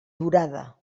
durada